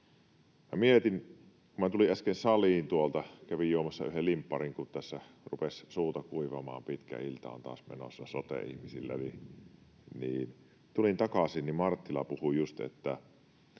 Kun tulin äsken saliin tuolta — kävin juomassa yhden limpparin, kun tässä rupesi suuta kuivamaan, pitkä ilta on taas menossa sote-ihmisillä — takaisin ja Marttila puhui just, että